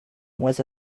was